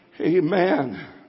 amen